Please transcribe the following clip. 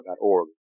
org